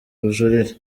ubujurire